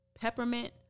peppermint